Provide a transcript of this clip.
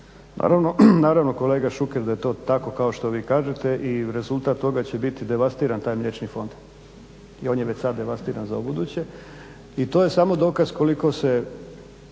Naravno kolega Šuker da je to tako kao što vi kažete i rezultat toga će biti devastiran taj mliječni fond i on je već sada devastiran za ubuduće. I to je samo dokaz koliko se